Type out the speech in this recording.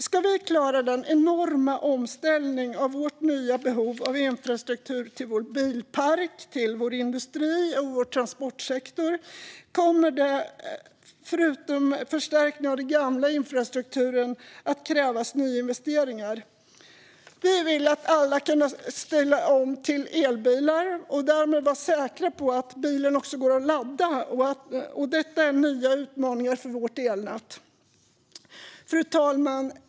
Ska vi klara den enorma omställningen av vårt nya behov av infrastruktur till vår bilpark, vår industri och vår transportsektor kommer det förutom förstärkning av gammal infrastruktur att krävas nyinvesteringar. Vi vill att alla ska kunna ställa om till elbilar och då vara säkra på att bilen också går att ladda. Detta är nya utmaningar för vårt elnät. Fru talman!